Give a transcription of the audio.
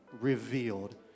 revealed